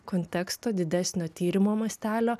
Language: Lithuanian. konteksto didesnio tyrimo mastelio